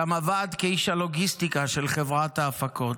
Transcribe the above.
שם עבר כאיש הלוגיסטיקה של חברת ההפקות,